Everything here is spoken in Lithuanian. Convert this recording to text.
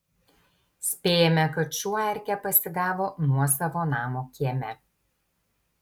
spėjame kad šuo erkę pasigavo nuosavo namo kieme